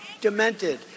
demented